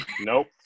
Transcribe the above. Nope